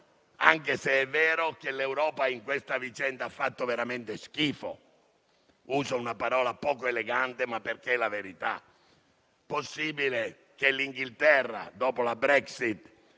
anche se è vero che l'Europa in questa vicenda ha fatto veramente schifo (uso una parola poco elegante perché è la verità). Possibile che il Regno Unito, dopo la Brexit,